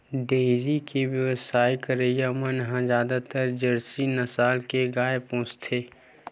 dairy के बेवसाय करइया मन ह जादातर जरसी नसल के गाय पोसथे